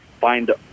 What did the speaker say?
find